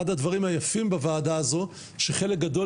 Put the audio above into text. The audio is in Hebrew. אחד הדברים היפים בוועדה הזו שחלק גדול